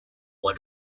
while